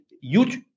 huge